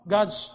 God's